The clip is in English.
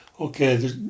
okay